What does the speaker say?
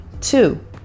Two